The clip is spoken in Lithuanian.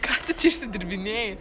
ką tu čia išsidirbinėji